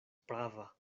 prava